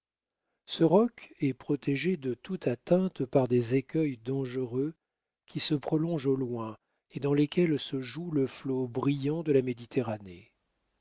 ce roc est protégé de toute atteinte par des écueils dangereux qui se prolongent au loin et dans lesquels se joue le flot brillant de la méditerranée